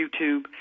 YouTube